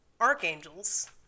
archangels